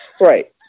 Right